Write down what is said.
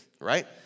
right